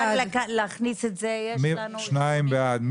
2 בעד.